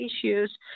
issues